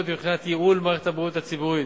מבחינת ייעול מערכת הבריאות הציבורית.